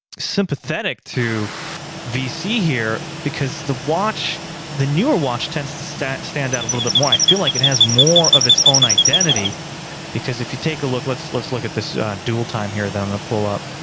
sympathetic to vc here because the watch the newer watch tends to stand stand out a little bit more i feel like it has more of its own identity because if you take a look let's let's look at this dual time here then i'm gonna pull up